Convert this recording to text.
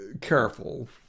careful